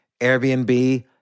airbnb